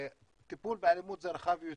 טיפול באלימות זה רחב יותר,